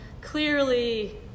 clearly